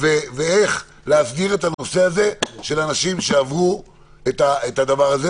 ואיך להסדיר את הנושא של אנשים שהחלימו מקורונה.